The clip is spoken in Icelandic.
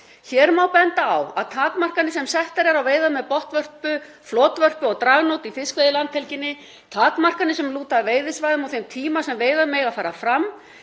Hér má benda á takmarkanir sem settar eru á veiðar með botnvörpu, flotvörpu og dragnót í fiskveiðilandhelginni, takmarkanir sem lúta að veiðisvæðum og þeim tíma sem veiðar mega fara fram.